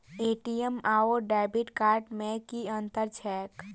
ATM आओर debit card मे की अंतर छैक?